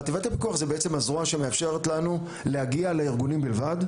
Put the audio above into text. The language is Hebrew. חטיבת הפיקוח היא בעצם הזרוע שמאפשרת לנו להגיע לארגונים בלבד.